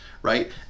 Right